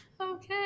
Okay